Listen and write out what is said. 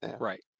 Right